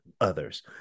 others